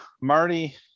Marty